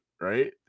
right